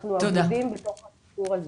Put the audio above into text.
אנחנו אבודים בתוך הסיפור הזה.